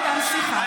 אדוני היושב-ראש,